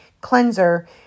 cleanser